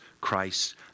Christ